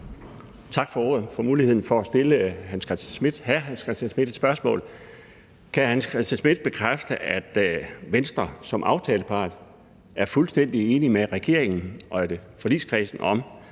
Tak for ordet og for muligheden for at stille hr. Hans Christian Schmidt et spørgsmål. Kan hr. Hans Christian Schmidt bekræfte, at Venstre som aftalepart er fuldstændig enig med regeringen og forligskredsen om,